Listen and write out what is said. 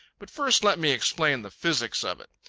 but first let me explain the physics of it.